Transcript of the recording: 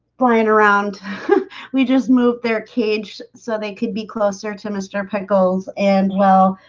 flying around we just moved their cage so they could be closer to mr. pickles and well,